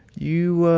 you, ah,